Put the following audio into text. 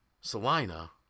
Salina